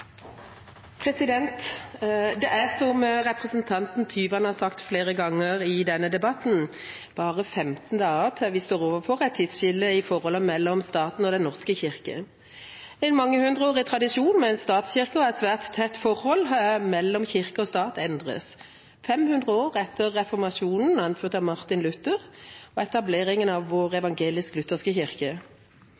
som representanten Tyvand har sagt flere ganger i denne debatten: Det er bare 15 dager til vi står overfor et tidsskille i forholdet mellom staten og Den norske kirke. En mangehundreårig tradisjon med en statskirke og et svært tett forhold mellom kirke og stat endres – 500 år etter reformasjonen, anført av Martin Luther, og etableringen av vår